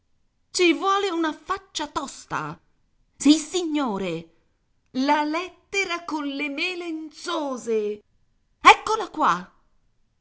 ci vuole una faccia tosta sissignore la lettera con le melenzose eccola qua